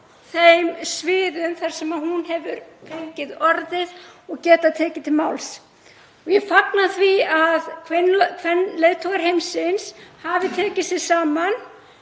þeim sviðum þar sem hún hefur fengið orðið og getað tekið til máls. Ég fagna því að kvenleiðtogar heimsins hafi tekið sig saman